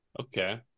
Okay